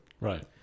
Right